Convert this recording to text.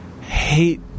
hate